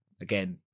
again